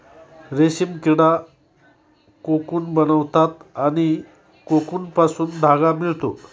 रेशीम किडा कोकून बनवतात आणि कोकूनपासून धागा मिळतो